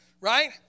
right